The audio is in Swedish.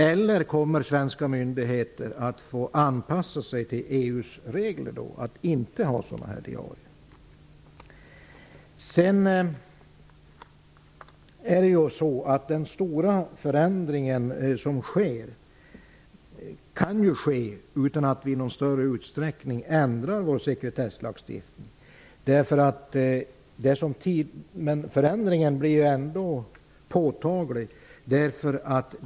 Eller kommer svenska myndigheter att få anpassa sig till EU:s regler, dvs. att inte ha sådana här diarier? Den stora förändring som sker kan ju ske utan att vi i någon större utsträckning ändrar vår sekretesslagstiftning. Men förändringen blir ändå påtaglig.